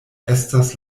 estas